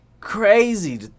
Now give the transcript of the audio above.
crazy